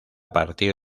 partir